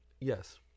Yes